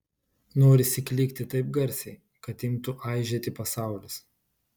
norisi klykti taip garsiai kad imtų aižėti pasaulis